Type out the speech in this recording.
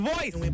Voice